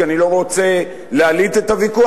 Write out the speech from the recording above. כי אני לא רוצה להלהיט את הוויכוח,